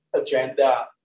agenda